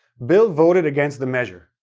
bill voted against the measure.